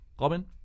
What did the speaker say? Robin